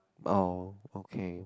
oh okay